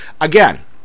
Again